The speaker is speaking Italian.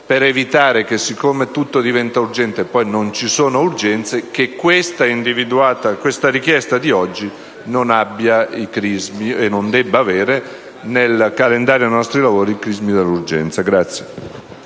per evitare che siccome tutto diventa urgente poi non ci sono urgenze, che questa richiesta di oggi non abbia e non debba avere nel calendario dei nostri lavori i crismi dell'urgenza.